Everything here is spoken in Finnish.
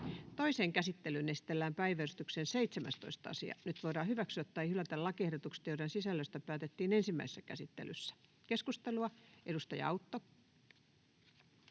Toiseen käsittelyyn esitellään päiväjärjestyksen 17. asia. Nyt voidaan hyväksyä tai hylätä lakiehdotukset, joiden sisällöstä päätettiin ensimmäisessä käsittelyssä. — Keskustelua, edustaja Autto.